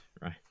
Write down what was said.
Right